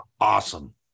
awesome